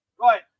Right